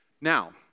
Now